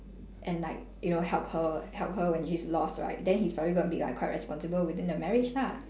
and like you know help her help her when she's lost right then he's probably gonna be like quite responsible within the marriage lah